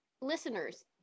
listeners